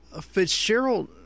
Fitzgerald